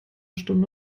stunde